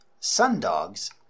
Sundogs